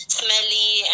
smelly